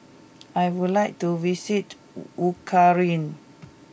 I would like to visit Ukraine